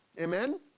Amen